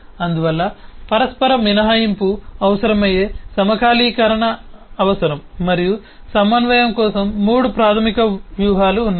అందువల్ల పరస్పర మినహాయింపు అవసరమయ్యే సమకాలీకరణ అవసరం మరియు సమన్వయం కోసం మూడు ప్రాథమిక వ్యూహాలు ఉన్నాయి